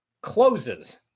closes